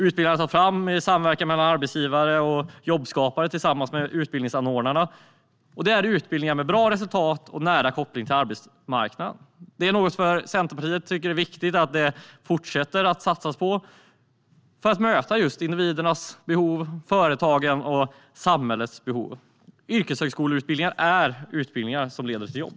Utbildningarna tas fram i samverkan mellan arbetsgivare, jobbskapare och utbildningsanordnare, och det är utbildningar med bra resultat och nära koppling till arbetsmarknaden. Det är något som Centerpartiet tycker att det är viktigt att fortsätta satsa på. Det handlar om att möta individernas, företagens och samhällets behov. Yrkeshögskoleutbildningar är utbildningar som leder till jobb.